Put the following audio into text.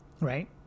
right